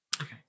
Okay